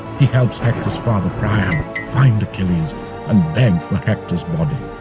he helps hector's father priam find achilles and beg for hector's body.